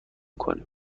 کنیم